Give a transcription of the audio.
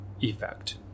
effect